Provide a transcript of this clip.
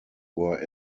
were